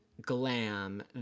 glam